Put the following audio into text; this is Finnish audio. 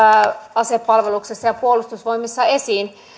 asepalveluksessa ja puolustusvoimissa esiin